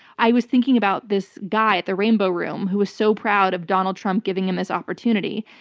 i was thinking about this guy at the rainbow room who was so proud of donald trump giving him this opportunity,